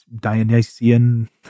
Dionysian